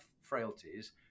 frailties